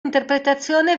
interpretazione